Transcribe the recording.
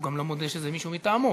הוא גם לא מודה שזה מישהו מטעמו,